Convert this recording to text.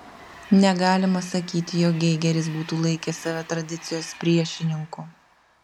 negalima sakyti jog geigeris būtų laikęs save tradicijos priešininku